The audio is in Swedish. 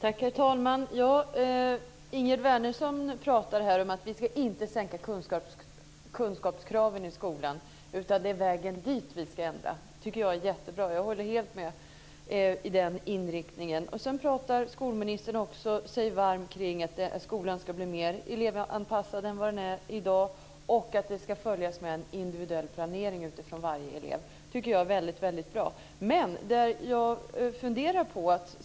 Herr talman! Ingegerd Wärnersson pratade här om att vi inte ska sänka kunskapskraven i skolan utan att det är vägen dit som vi ska ändra. Det tycker jag är jättebra. Jag håller helt med om den inriktningen. Sedan pratar också skolministern sig varm för att skolan ska bli mer elevanpassad än i dag och att man ska följa upp med en individuell planering utifrån varje elev. Det tycker jag är väldigt bra. Men det finns en sak som jag funderar över.